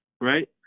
right